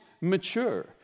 mature